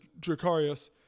Dracarius